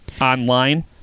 online